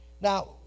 Now